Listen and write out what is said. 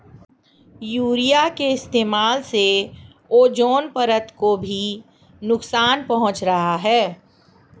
urea के इस्तेमाल से ओजोन परत को भी नुकसान पहुंच रहा है